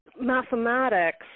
mathematics